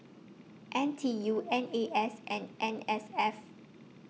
N T U N A S and N S F